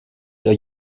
der